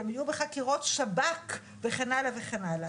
והם יהיו בחקירות שב"כ וכן הלאה וכן הלאה.